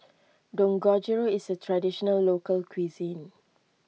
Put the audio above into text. Dangojiru is a Traditional Local Cuisine